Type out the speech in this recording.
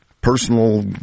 personal